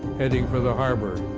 heading for the harbor.